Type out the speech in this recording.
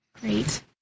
Great